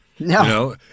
No